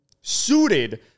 suited